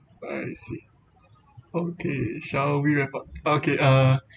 ah I see okay shall we wrap up okay uh